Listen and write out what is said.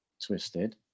twisted